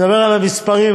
אני מדבר על מספרים,